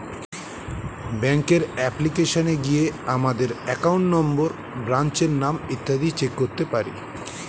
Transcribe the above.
ব্যাঙ্কের অ্যাপ্লিকেশনে গিয়ে আমাদের অ্যাকাউন্ট নম্বর, ব্রাঞ্চের নাম ইত্যাদি চেক করতে পারি